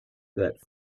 that